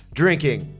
drinking